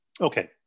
Okay